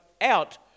out